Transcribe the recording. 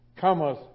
cometh